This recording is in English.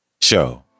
Show